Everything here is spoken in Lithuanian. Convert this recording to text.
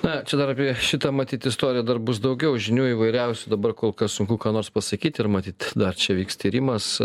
na čia dar apie šitą matyt istoriją dar bus daugiau žinių įvairiausių dabar kol kas sunku ką nors pasakyt ir matyt dar čia vyks tyrimas